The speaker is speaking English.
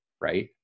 right